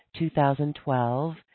2012